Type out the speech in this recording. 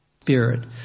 Spirit